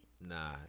Nah